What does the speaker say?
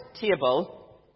table